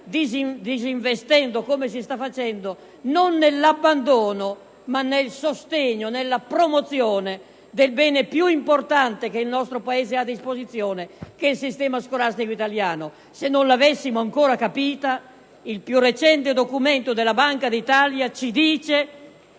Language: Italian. disinvestendo, come si sta facendo, non nell'abbandono ma nel sostegno, nella promozione del bene più importante di cui il nostro Paese dispone: il sistema scolastico italiano. Se non l'avessimo ancora capito, il più recente documento della Banca d'Italia ci dice